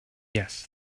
yes